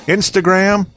Instagram